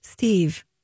Steve